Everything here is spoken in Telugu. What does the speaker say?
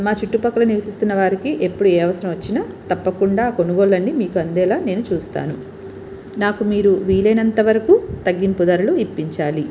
మా చుట్టుపక్కల నివసిస్తున్న వారికి ఎప్పుడు ఏ అవసరం వచ్చినా తప్పకుండా కొనుగోలు అన్నీ మీకు అందేలా చూస్తాను నాకు మీరు వీలైనంత వరకు తగ్గింపు ధరలు ఇప్పించాలి